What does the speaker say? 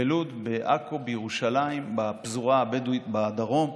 בלוד, בעכו, בירושלים, בפזורה הבדואית בדרום.